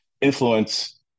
influence